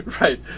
Right